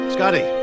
Scotty